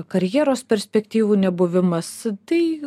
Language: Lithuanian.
karjeros perspektyvų nebuvimas tai